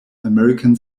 american